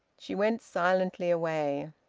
she went silently away.